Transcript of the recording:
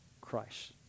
Christ